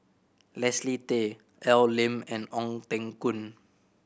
Leslie Tay Al Lim and Ong Teng Koon